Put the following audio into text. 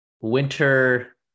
winter